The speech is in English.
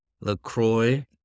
LaCroix